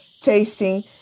tasting